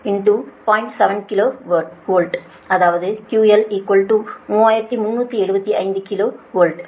7 kilovolt அதாவது QL 3375 kilo volt